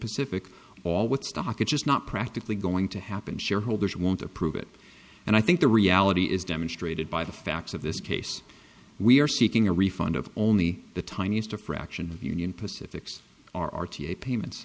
pacific all with stock which is not practically going to happen shareholders won't approve it and i think the reality is demonstrated by the facts of this case we are seeking a refund of only the tiniest a fraction of union pacifics r t a payments